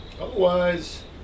Otherwise